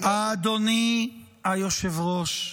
אדוני היושב-ראש,